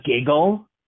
giggle